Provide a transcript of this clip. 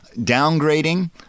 downgrading